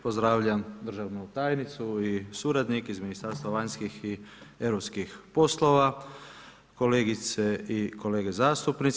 Pozdravljam državnu tajnicu i suradnik iz Ministarstva vanjskih i europskih poslova, kolegice i kolege zastupnici.